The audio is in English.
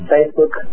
Facebook